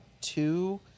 two